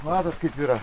matot kaip yra